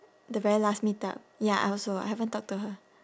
the very last meetup ya I also I haven't talked to her